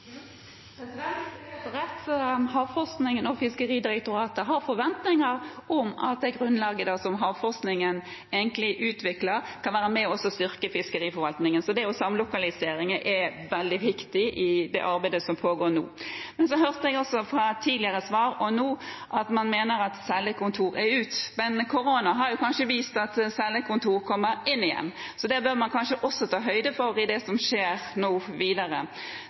og Fiskeridirektoratet har forventninger om at det grunnlaget som havforskningen egentlig utvikler, kan være med og styrke fiskeriforvaltningen. Så det å samlokalisere er veldig viktig i det arbeidet som pågår nå. Men så hørte jeg i et tidligere svar, og nå, at man mener at cellekontor er ut. Men korona har kanskje vist at cellekontor kommer inn igjen. Det bør man kanskje også ta høyde for i det som nå skjer videre.